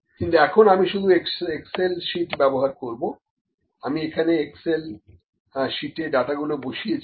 কিন্তু এখন আমি শুধু এক্সেল শিট ব্যবহার করবো আমি এখানে এক্সেল শীটে ডাটাগুলো বসিয়েছি